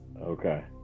okay